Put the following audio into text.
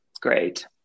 Great